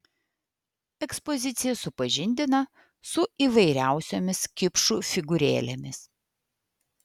ekspozicija supažindina su įvairiausiomis kipšų figūrėlėmis